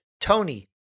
Tony